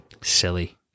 silly